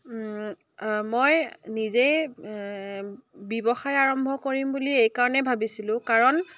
মই নিজে ব্যৱসায় আৰম্ভ কৰিম বুলি এইকাৰণে ভাবিছিলোঁ কাৰণ